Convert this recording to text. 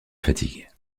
fatigue